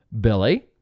Billy